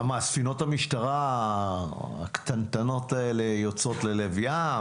ספינות המשטרה הקטנטנות האלה יוצאות ללב ים,